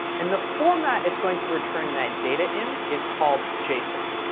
and the format it's going to return that data in is called json.